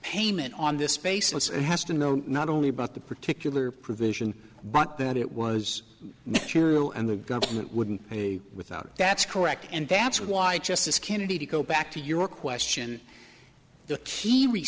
payment on this basis it has to know not only about the particular provision but that it was natural and the government wouldn't without that's correct and that's why justice kennedy to go back to your question the